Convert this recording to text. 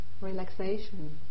relaxation